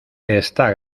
está